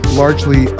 largely